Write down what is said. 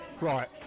Right